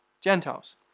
gentiles